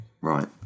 right